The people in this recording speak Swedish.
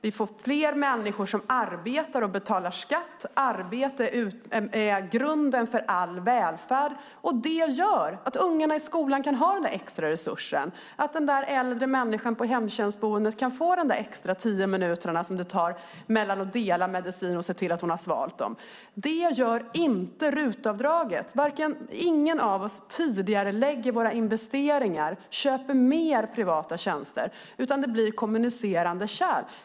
Vi får fler människor som arbetar och betalar skatt. Arbete är grunden för all välfärd. Det gör att ungarna i skolan kan få denna extra resurs och att den äldre människan på sitt boende kan få de extra tio minuter som det tar från att medicinen har delats till att man har sett till att hon har svalt den. Detta sker inte med RUT-avdraget. Ingen av oss tidigarelägger våra investeringar eller köper mer privata tjänster, utan det blir kommunicerande kärl.